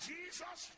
Jesus